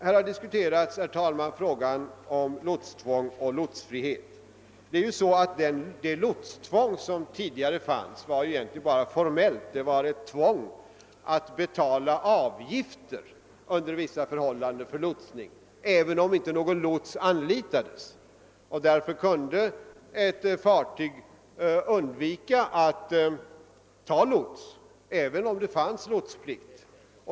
Här har diskuterats, herr talman, frågan om lotstvång och lotsfrihet. Det lotstvång som tidigare fanns var egentligen formellt: det var ett tvång att under vissa förhållanden betala avgifter för lotsning även om lots inte anlitades. Därför kunde ett fartyg undvika att ta lots även om det fanns lotsplikt.